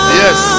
yes